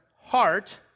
heart